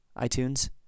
iTunes